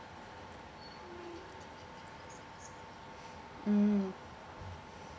mm